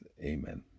Amen